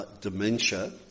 dementia